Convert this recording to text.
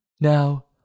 Now